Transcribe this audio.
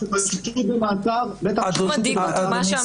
אדוני,